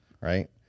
right